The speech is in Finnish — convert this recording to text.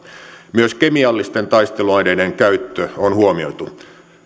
myös kemiallisten taisteluaineiden käyttö on huomioitu